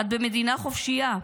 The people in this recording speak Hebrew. את במדינה חופשית,